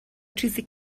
چیزی